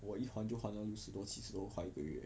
我一还就还了六十多七十多块一个月